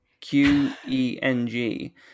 Q-E-N-G